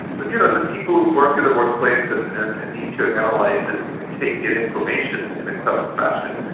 but you know, the people who work in the workplace and and and need to analyse and like and take in information in a clever fashion.